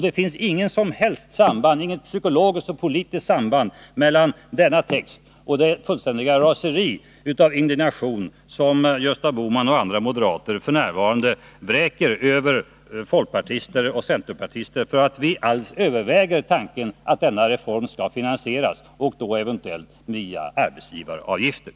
Det finns inget som helst psykologiskt och politiskt samband mellan denna text och det fullständiga raseri av indignation som Gösta Bohman och andra moderater f. n. vräker över folkpartister och centerpartister för att vi alls överväger tanken på att denna reform eventuellt skall finansieras med arbetsgivaravgifter.